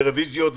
לרוויזיות וכולי.